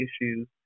issues